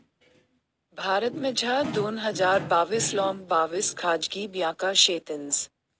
भारतमझार दोन हजार बाविस लोंग बाविस खाजगी ब्यांका शेतंस